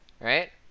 Right